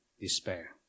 despair